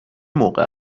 موقع